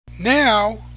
Now